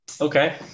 okay